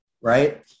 right